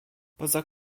poza